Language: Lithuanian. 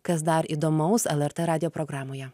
kas dar įdomaus el er tė radijo programoje